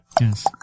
Yes